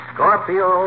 Scorpio